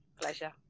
Pleasure